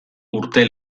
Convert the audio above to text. urte